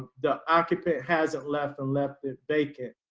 the occupant hasn't left and left it vacant.